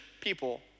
people